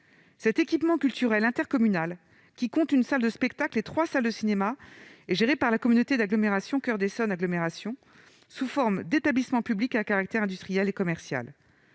Cet équipement culturel intercommunal, qui compte une salle de spectacle et trois salles de cinéma, est géré par la communauté d'agglomération Coeur d'Essonne Agglomération sous la forme d'un établissement public à caractère industriel et commercial.